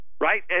Right